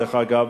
דרך אגב,